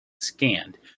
scanned